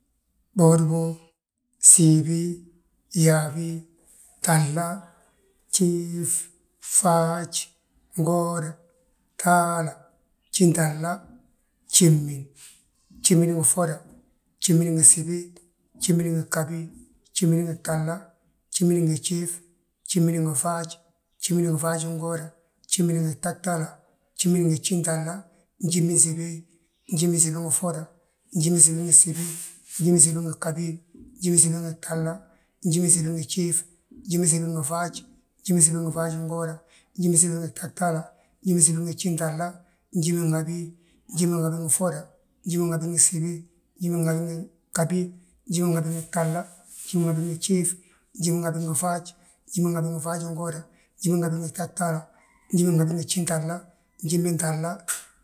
Bwodiboo, gsiibi, yaabí, gtahla, gjiif, faaj, ngooda, gtahla, gjintahla gjimin, gjimin ngi ffoda, gjimin ngi gsibi, gjimin ngi ghabi, gjimin ngi gjiif, gjimin ngi faaj, gjimin ngi faajingooda, gjimin ngi gtahtaala, gjimin ngi gjintahla njimin habi njimin habi ngi ffoda, njimin habi ngi gsibi, njimin habi ngi ghabi, njimin habi ngi gjiif, njimin habi ngi faaj, njimin habi ngi faajingooda, njimin habi ngi gtahtaala, njimin habi ngi gjintahla, njimintahla.